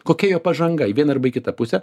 kokia jo pažanga į vieną arba į kitą pusę